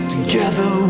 Together